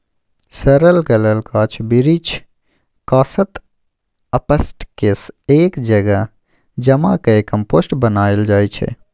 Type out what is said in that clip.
सरल गलल गाछ बिरीछ, कासत, अपशिष्ट केँ एक जगह जमा कए कंपोस्ट बनाएल जाइ छै